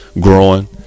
growing